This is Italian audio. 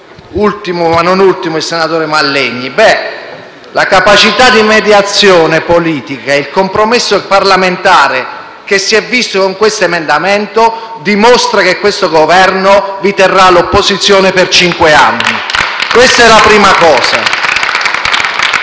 ultimo ma non ultimo il senatore Mallegni. La capacità di mediazione politica e il compromesso parlamentare che si sono visti con questo emendamento dimostrano che questo Governo vi terrà all'opposizione per cinque anni. Questa è la prima